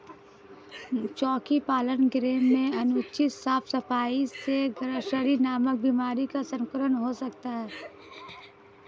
चोकी पालन गृह में अनुचित साफ सफाई से ग्रॉसरी नामक बीमारी का संक्रमण हो सकता है